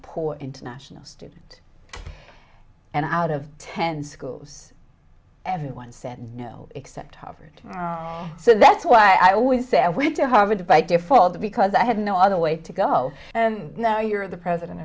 poor international student and out of ten school everyone said no except harvard so that's why i always say i went to harvard by default because i had no other way to go and now you're the president